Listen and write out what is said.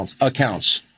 accounts